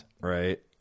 Right